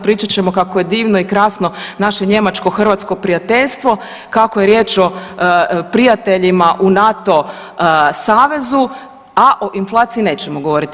Pričat ćemo kako je divno i krasno naše njemačko-hrvatsko prijateljstvo, kako je riječ o prijateljima u NATO savezu, a o inflaciji nećemo govoriti.